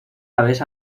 aves